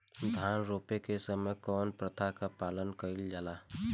धान रोपे के समय कउन प्रथा की पालन कइल जाला?